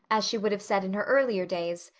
as she would have said in her earlier days,